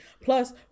Plus